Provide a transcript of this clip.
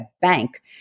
bank